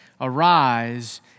Arise